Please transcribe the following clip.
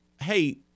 hey